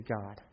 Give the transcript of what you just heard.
God